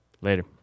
Later